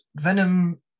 Venom